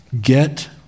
Get